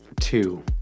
two